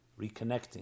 reconnecting